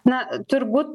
na turbūt